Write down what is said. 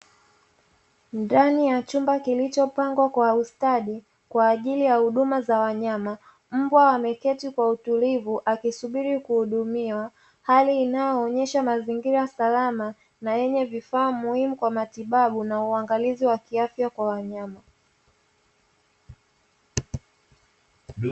Ndani ya chumba kilichopangwa kwa ustadi kwa ajili ya huduma za wanyama. Mbwa ameketi kwa utulivu akisubiri kuhudumiwa, hali inayonyesha mazingira salama na yenye vifaa muhimu kwa matibabu na uangalizi wa afya kwa wanyama.